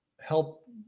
help